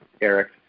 Eric